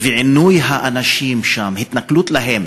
ועינוי האנשים שם, התנכלות להם.